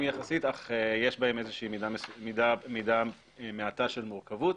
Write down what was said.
יחסית אך יש בהם מידה מעטה של מורכבות.